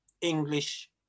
English